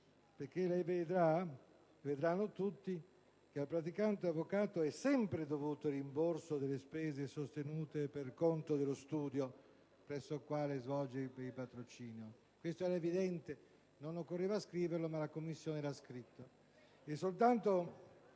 che l'emendamento prevede che «al praticante avvocato è sempre dovuto il rimborso delle spese sostenute per conto dello studio presso il quale svolge il tirocinio». Questo era evidente, non occorreva scriverlo, ma la Commissione lo ha scritto. È soltanto